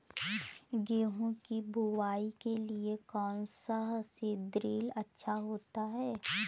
गेहूँ की बुवाई के लिए कौन सा सीद्रिल अच्छा होता है?